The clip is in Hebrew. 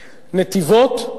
נתיבות,